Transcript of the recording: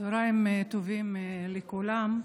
צוהריים טובים לכולם.